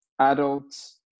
adults